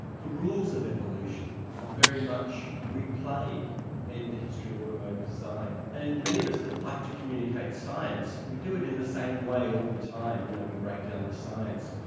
the rules of evolution are very much replayed in the history of automotive design. and many of us that like to communicate science, we do it in the same way all the time, you know we break down the science,